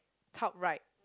top right